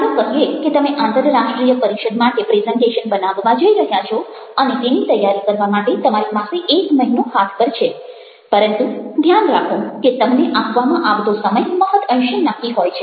ચાલો કહીએ કે તમે આંતરરાષ્ટ્રીય પરિષદ માટે પ્રેઝન્ટેશન બનાવવા જઈ રહ્યા છો અને તેની તૈયારી કરવા માટે તમારી પાસે એક મહિનો હાથ પર છે પરંતુ ધ્યાન રાખો કે તમને આપવામાં આવતો સમય મહદ અંશે નક્કી હોય છે